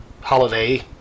holiday